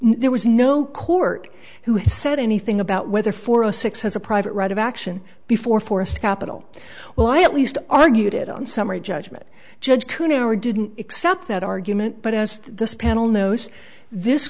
there was no court who said anything about whether for a six has a private right of action before forest capital well i at least argued it on summary judgment judge who now or didn't accept that argument but as this panel knows this